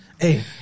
Hey